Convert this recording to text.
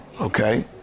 okay